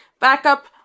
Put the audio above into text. Backup